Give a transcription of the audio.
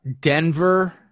Denver